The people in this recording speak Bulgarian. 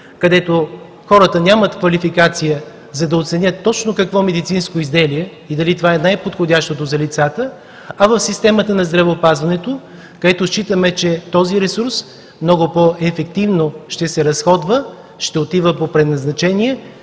където хората нямат квалификация, за да оценят точно какво медицинско изделие и дали е най-подходящото за лицата, а в системата на здравеопазването, където считаме, че този ресурс много по-ефективно ще се разходва, ще отива по предназначение,